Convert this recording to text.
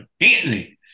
Anthony